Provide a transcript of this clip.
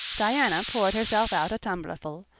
diana poured herself out a tumblerful,